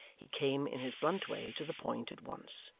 he came in his blunt way to the point at once.